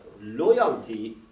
loyalty